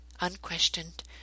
unquestioned